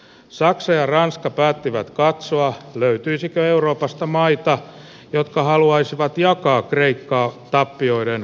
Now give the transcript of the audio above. saksa ja ranska päättivät katsoa löytyisikö euroopasta maita jotka haluaisivat jatkaa kreikkaan tappioiden